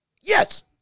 Yes